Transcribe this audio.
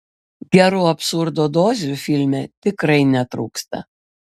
gerų absurdo dozių filme tikrai netrūksta